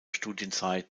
studienzeit